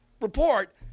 report